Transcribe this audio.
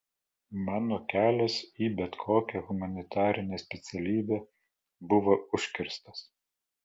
mano kelias į bet kokią humanitarinę specialybę buvo užkirstas